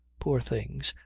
poor things,